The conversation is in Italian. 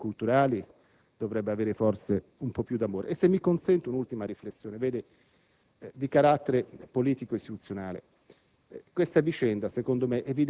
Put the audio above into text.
Anche il Ministro per i beni culturali dovrebbe avere forse un po' più di amore per esse. Se mi si consente un'ultima riflessione di carattere politico‑istituzionale,